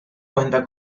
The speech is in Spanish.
cuenta